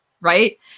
Right